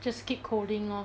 just keep cold-ing lor